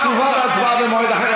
תשובה והצבעה במועד אחר,